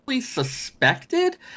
suspected